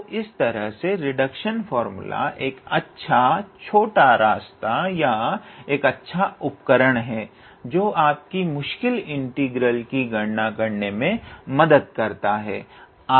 तो एक तरह से रिडक्शन फार्मूला एक अच्छा छोटा रास्ता या एक अच्छा उपकरण है जो आपकी मुश्किल इंटीग्रल की गणना करने में मदद करता है